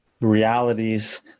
realities